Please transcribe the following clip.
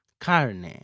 Carne